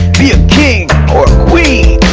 be a king or a queen,